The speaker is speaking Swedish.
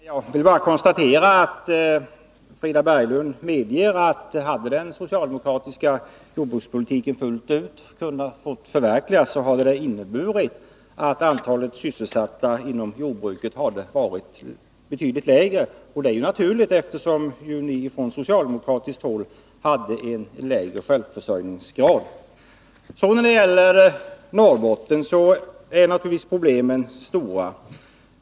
Herr talman! Jag vill bara konstatera att Frida Berglund medger att den socialdemokratiska jordbrukspolitiken, om den hade förverkligats fullt ut, hade inneburit att antalet sysselsatta inom jordbruket hade varit betydligt lägre. Det är också naturligt, eftersom ni socialdemokrater inriktade er på en lägre självförsörjningsgrad. Problemen är naturligtvis stora i Norrbotten.